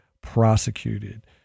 prosecuted